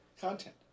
content